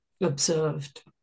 observed